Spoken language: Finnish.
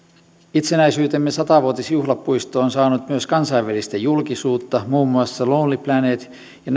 itsenäisyytemme sata vuotisjuhlapuisto on saanut myös kansainvälistä julkisuutta muun muassa lonely planet ja